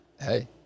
Hey